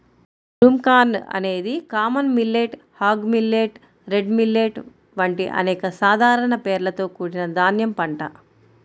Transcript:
broomcorn అనేది common millet, hog millet, red millet వంటి అనేక సాధారణ పేర్లతో కూడిన ధాన్యం పంట